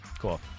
Cool